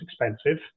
expensive